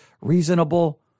reasonable